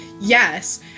Yes